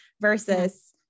versus